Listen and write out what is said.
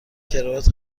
کراوات